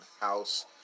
house